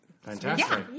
Fantastic